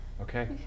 Okay